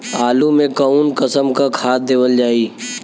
आलू मे कऊन कसमक खाद देवल जाई?